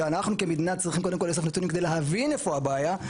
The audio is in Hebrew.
שאנחנו כמדינה צריכים קודם כול לאסוף נתונים כדי להבין איפה הבעיה,